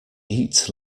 eat